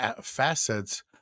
facets